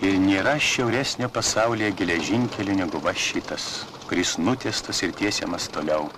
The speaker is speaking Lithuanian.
ir nėra šiauresnio pasaulyje geležinkelio negu va šitas kuris nutiestas ir tiesiamas toliau